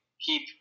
keep